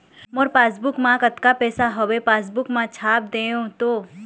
मोर passbook मा कतका पैसा हवे पासबुक मा छाप देव तो?